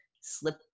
slip